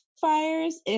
fires